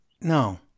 no